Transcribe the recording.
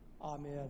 Amen